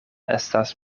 estas